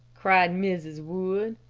cried mrs. wood.